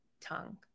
tongue